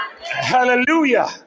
Hallelujah